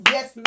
Yes